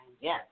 Yes